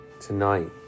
tonight